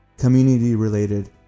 community-related